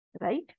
Right